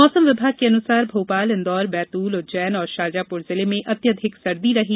मौसम विभाग के अनुसार भोपाल इंदौर बैतूल उज्जैन और शाजापुर जिले में अत्यधिक सर्दी रही